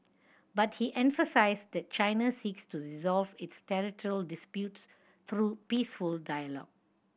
but he emphasised that China seeks to resolve its territorial disputes through peaceful dialogue